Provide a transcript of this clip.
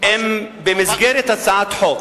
אם במסגרת הצעת חוק,